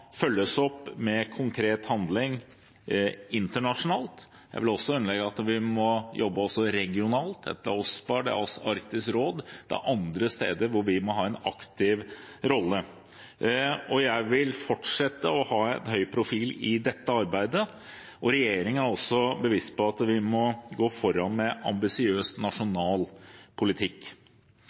følges opp med konkret handling internasjonalt. Jeg vil understreke at vi også må jobbe regionalt – gjennom OSPAR, gjennom Arktisk råd, og det er også andre steder der vi må ha en aktiv rolle. Jeg vil fortsette å ha en høy profil i dette arbeidet, og regjeringen er bevisst på at vi må gå foran med en ambisiøs nasjonal politikk.